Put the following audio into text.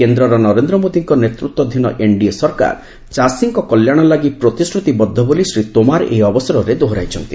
କେନ୍ଦ୍ରର ନରେନ୍ଦ୍ର ମୋଦୀଙ୍କ ନେତୃତ୍ୱାଧୀନ ଏନ୍ଡିଏ ସରକାର ଚାଷୀଙ୍କ କଲ୍ୟାଣ ଲାଗି ପ୍ରତିଶ୍ରୁତିବଦ୍ଧ ବୋଲି ଶ୍ରୀ ତୋମାର ଏହି ଅବସରରେ ଦୋହରାଇଛନ୍ତି